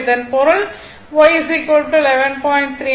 இதன் பொருள் y 11